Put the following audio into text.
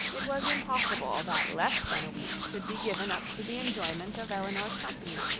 it was impossible that less than a week should be given up to the enjoyment of elinor's company,